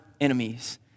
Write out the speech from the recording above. enemies